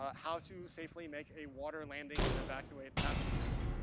ah how to safely make a water landing and evacuate passengers.